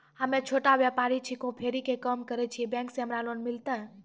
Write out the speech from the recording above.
हम्मे छोटा व्यपारी छिकौं, फेरी के काम करे छियै, बैंक से हमरा लोन मिलतै?